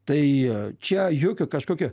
tai čia jokio kažkokio